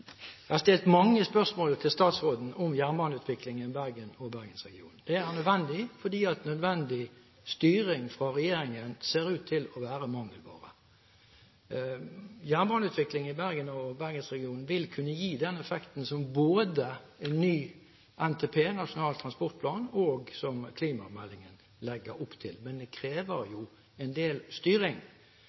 Jeg har stilt mange spørsmål til statsråden om jernbaneutviklingen i Bergen og Bergensregionen. Det er nødvendig, fordi nødvendig styring fra regjeringen ser ut til å være mangelvare. Jernbaneutvikling i Bergen og Bergensregionen vil kunne gi den effekten som både en ny NTP, Nasjonal transportplan, og klimameldingen legger opp til. Men det krever jo en del styring.